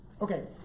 Okay